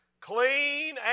clean